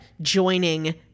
joining